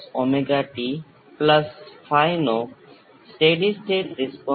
તેથી V c એ V s V c by R C d V c by d t ના સમયના વિકલન કરતાં L ગણો છે